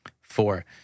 Four